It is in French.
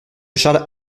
charles